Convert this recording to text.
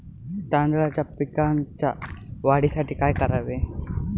तांदळाच्या पिकाच्या वाढीसाठी काय करावे?